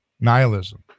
nihilism